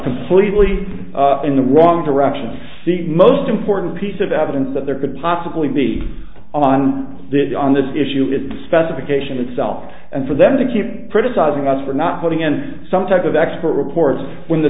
completely in the wrong direction sieg most important piece of evidence that there could possibly be on did on this issue with the specification itself and for them to keep criticizing us for not putting in some type of expert reports when the